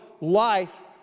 life